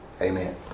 amen